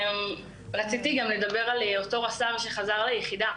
רציתי גם לדבר על אותו רס"ר שחזר ליחידה